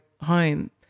home